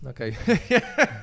Okay